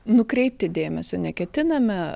nukreipti dėmesio neketiname